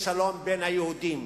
לשלום בין היהודים.